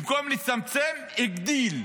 במקום לצמצם, הגדיל.